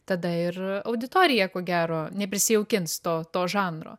tada ir auditorija ko gero neprisijaukins to to žanro